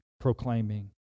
proclaiming